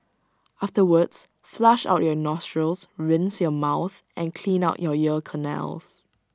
afterwards flush out your nostrils rinse your mouth and clean out you ear canals